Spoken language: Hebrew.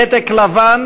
פתק לבן,